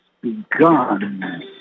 begun